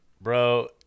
Bro